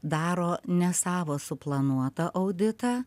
daro ne savo suplanuotą auditą